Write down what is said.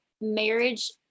marriage